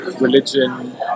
religion